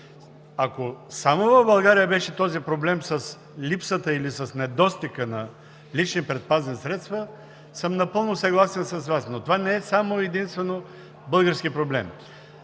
Ако само в България беше този проблем с липсата или с недостига на лични предпазни средства, съм напълно съгласен с Вас, но това не е само и единствено български проблем.